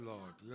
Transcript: Lord